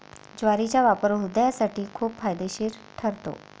ज्वारीचा वापर हृदयासाठी खूप फायदेशीर ठरतो